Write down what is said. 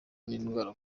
n’indwara